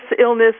illness